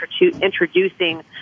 introducing